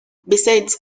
besides